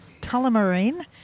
Tullamarine